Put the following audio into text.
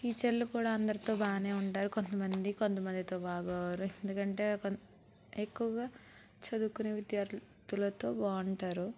టీచర్లు కూడా అందరితో బాగానే ఉంటారు కొంతమంది కొంతమందితో బాగోరు ఎందుకంటే ఎక్కువగా చదువుకునే విద్యార్థులతో బాగుంటారు